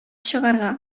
чыгарга